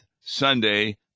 Sunday